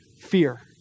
fear